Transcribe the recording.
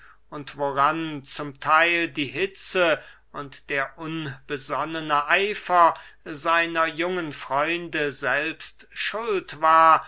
und woran zum theil die hitze und der unbesonnene eifer seiner jungen freunde selbst schuld war